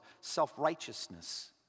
self-righteousness